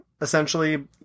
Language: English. essentially